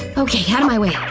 okay, out of my way!